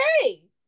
okay